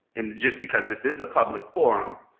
and just because this is a public forum